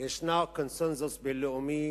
יש קונסנזוס בין-לאומי